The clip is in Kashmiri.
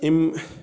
أمۍ